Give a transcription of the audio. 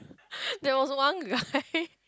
there was one guy